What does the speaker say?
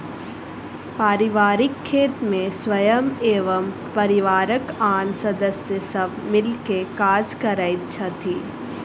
पारिवारिक खेत मे स्वयं एवं परिवारक आन सदस्य सब मिल क काज करैत छथि